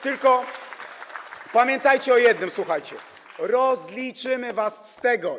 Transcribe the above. Tylko pamiętajcie o jednym - słuchajcie - rozliczymy was z tego.